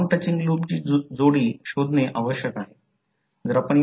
कारण ही एक दिशा आहे शेवटी ती ही दिशा घेत आहे करंट कॉइलला या दिशेने पकडतो